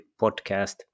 podcast